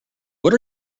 what